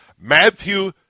Matthew